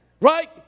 Right